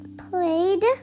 played